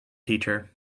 teacher